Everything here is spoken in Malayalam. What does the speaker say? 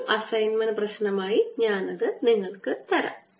ഒരു അസൈൻമെന്റ് പ്രശ്നമായി ഞാൻ അത് തരാം